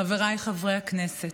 חבריי חברי הכנסת,